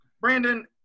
Brandon